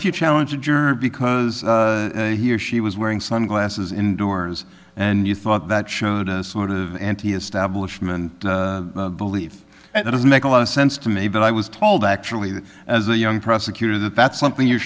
if you challenge a juror because he or she was wearing sunglasses indoors and you thought that showed a sort of anti establishment belief and it does make a lot of sense to me but i was told actually that as a young prosecutor that that's something you